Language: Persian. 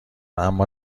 اما